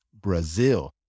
Brazil